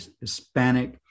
Hispanic